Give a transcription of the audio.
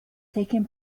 taken